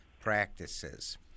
practices